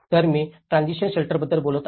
तर मी ट्रान्सिशन शेल्टरबद्दल बोलत आहे